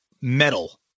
metal